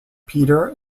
peter